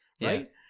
right